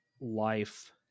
life